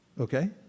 Okay